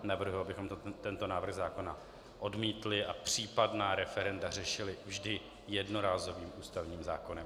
Proto navrhuji, abychom tento návrh zákona odmítli a případná referenda řešili vždy jednorázovým ústavním zákonem.